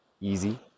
easy